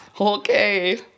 Okay